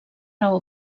raó